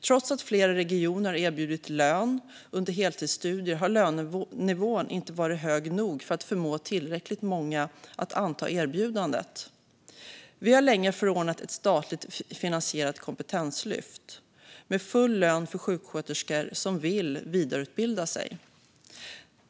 Trots att flera regioner har erbjudit lön under heltidsstudier har lönenivån inte varit hög nog för att förmå tillräckligt många att anta erbjudandet. Vi har länge förordat ett statligt finansierat kompetenslyft med full lön för sjuksköterskor som vill vidareutbilda sig.